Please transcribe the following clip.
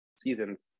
seasons